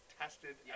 tested